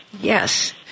Yes